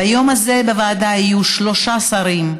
ביום הזה בוועדה יהיו שלושה שרים,